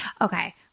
Okay